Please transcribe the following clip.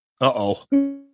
Uh-oh